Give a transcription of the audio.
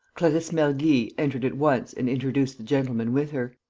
clarisse mergy entered at once and introduced the gentleman with her,